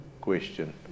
question